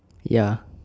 ya